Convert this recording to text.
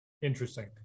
Interesting